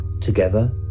together